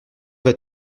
vas